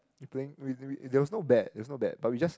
we playing we we there was no bet there was no bet but we just